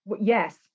yes